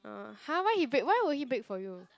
uh !huh! why he brake why would he brake for you